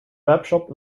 webshop